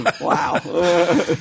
Wow